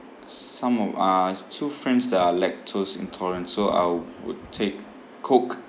s~ some of us two friends that are lactose intolerant so I would take coke